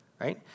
right